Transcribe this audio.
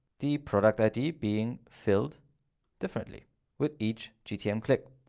the product id being filled differently with each gtm click.